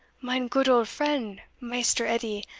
mine goot old friend, maister edie,